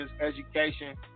Education